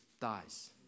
dies